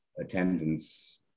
attendance